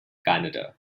canada